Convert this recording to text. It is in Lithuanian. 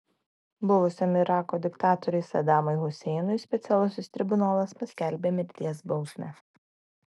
buvusiam irako diktatoriui sadamui huseinui specialusis tribunolas paskelbė mirties bausmę